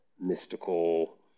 mystical